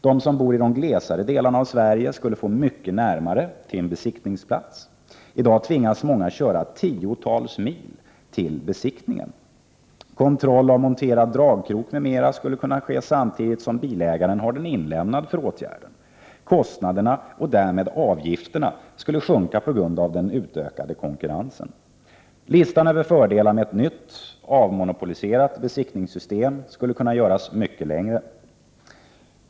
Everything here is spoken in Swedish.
De som bor de glesare delarna av Sverige skulle få mycket närmare till en besiktningsplats. I dag tvingas många köra tiotals mil till besiktningen. - Kontroll av monterad dragkrok m.m. skulle kunna ske samtidigt som bilägaren har bilen inlämnad för åtgärden. - Kostnaderna och därmed avgifterna skulle sjunka på grund av den utökade konkurrensen. Listan över fördelar med ett nytt, avmonopoliserat besiktningssystem skulle kunna göras mycket längre.